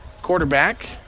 Quarterback